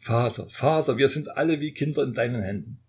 vater vater wir sind alle wie kinder in deinen händen